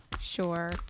Sure